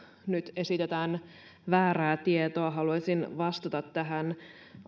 nyt esitetään väärää tietoa haluaisin vastata tähän